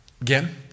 Again